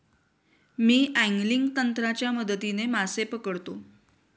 मी angling तंत्राच्या मदतीने मासे पकडतो